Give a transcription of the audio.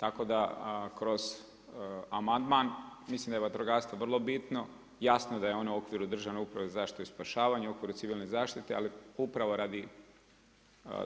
Tako da kroz amandman, mislim da je vatrogastvo vrlo bitno, jasno da je ona u okviru državne uprave i zaštite spašavanje i u okviru civilne zaštite, ali upravo radi